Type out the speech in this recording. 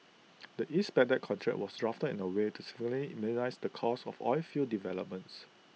the east Baghdad contract was drafted in A way to significantly minimise the cost of oilfield developments